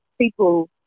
people